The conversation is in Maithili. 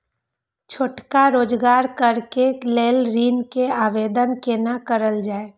छोटका रोजगार करैक लेल ऋण के आवेदन केना करल जाय?